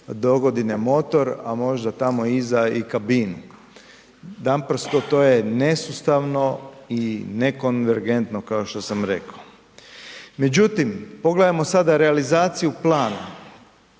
dogodine motor, a možda tamo iza i kabinu, naprosto to je nesustavno i ne konvergentno kao što sam rekao. Međutim, pogledamo sada realizaciju plana,